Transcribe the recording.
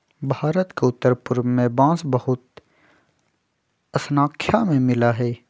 भारत के उत्तर पूर्व में बांस बहुत स्नाख्या में मिला हई